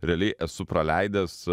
realiai esu praleidęs